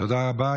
תודה רבה.